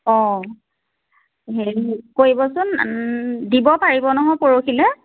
অঁ হেৰি কৰিবচোন দিব পাৰিব নহয় পৰশিলে